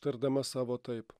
tardama savo taip